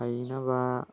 ꯐꯩꯅꯕ